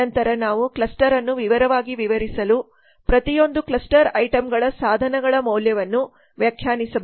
ನಂತರ ನಾವು ಕ್ಲಸ್ಟರ್ ಅನ್ನು ವಿವರವಾಗಿ ವಿವರಿಸಲು ಪ್ರತಿಯೊಂದು ಕ್ಲಸ್ಟರ್ ಐಟಂಗಳ ಸಾಧನಗಳ ಮೌಲ್ಯವನ್ನು ವ್ಯಾಖ್ಯಾನಿಸಬಹುದು